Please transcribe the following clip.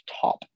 top